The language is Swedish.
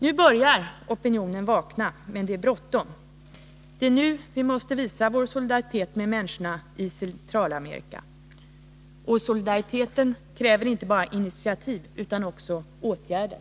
Nu börjar opinionen vakna, men det är bråttom. Det är nu vi måste visa vår solidaritet med människorna i Centralamerika. Solidariteten kräver inte bara initiativ utan också åtgärder.